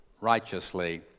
righteously